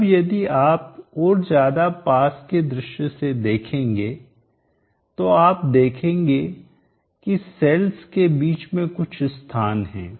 अब यदि आप और ज्यादा पास के दृश्य से देखेंगे तोआप देखेंगे कि सेल्स के बीच में कुछ स्थान है